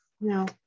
No